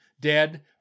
dead